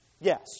Yes